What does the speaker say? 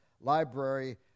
Library